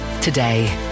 today